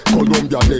Columbia